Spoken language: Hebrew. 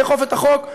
לאכוף את החוק,